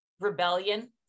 rebellion